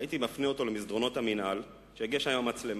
הייתי מפנה אותו למסדרונות המינהל שיגיע לשם עם מצלמה.